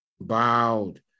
bowed